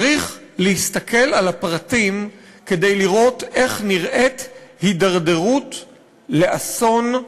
צריך להסתכל על הפרטים כדי לראות איך נראית הידרדרות לאסון,